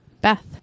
Beth